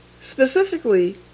Specifically